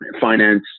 finance